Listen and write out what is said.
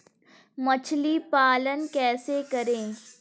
मछली पालन कैसे करें?